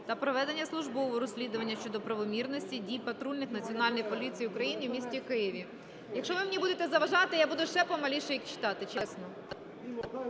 та проведення службового розслідування щодо правомірності дій патрульних Національної поліції України в м. Києві. Якщо ви мені будете заважати, я буду ще повільніше їх читати, чесно.